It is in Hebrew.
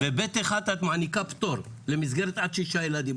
ב-ב/1 את מעניקה פטור למסגרת עד 6 ילדים.